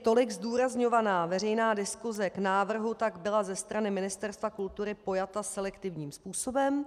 Tolik zdůrazňovaná veřejná diskuse k návrhu tak byla ze strany Ministerstva kultury pojata selektivním způsobem.